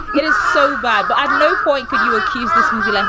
it is so bad. but at no point could you accuse this movie. like